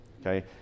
Okay